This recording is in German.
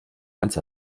ganz